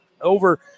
Over